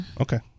Okay